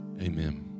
Amen